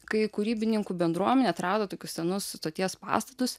kai kūrybininkų bendruomenė atrado tokius senus stoties pastatus